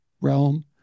realm